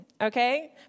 Okay